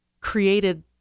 created